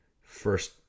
first